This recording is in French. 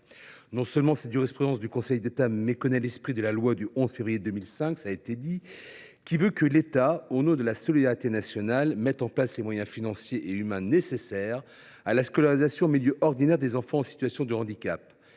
Non seulement cette jurisprudence du Conseil d’État méconnaît l’esprit de la loi du 11 février 2005, qui veut que l’État, au nom de la solidarité nationale, mette en place les moyens financiers et humains nécessaires à la scolarisation en milieu ordinaire des enfants en situation de handicap,